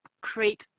create